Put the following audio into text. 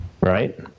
Right